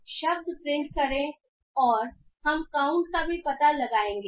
तो शब्द प्रिंट करें और हम काउंट का भी पता लगाएंगे